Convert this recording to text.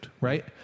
right